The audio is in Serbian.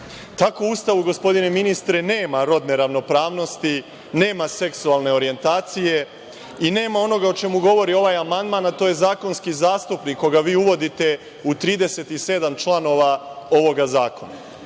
Tako u Ustavu, gospodine ministre, nema rodne ravnopravnosti, nema seksualne orijentacije i nema onoga o čemu govori ovaj amandman, a to je zakonski zastupnik, koga vi uvodite u 37 članova ovog zakona. Do